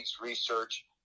research